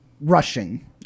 rushing